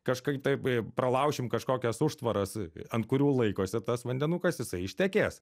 kažkaip taip pralaušim kažkokias užtvaras ant kurių laikosi tas vandenukas jisai ištekės